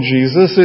Jesus